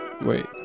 Wait